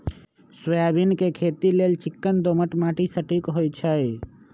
soybean के खेती लेल चिक्कन दोमट माटि सटिक होइ छइ